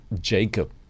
Jacob